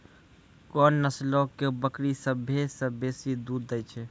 कोन नस्लो के बकरी सभ्भे से बेसी दूध दै छै?